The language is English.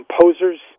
composers